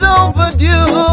overdue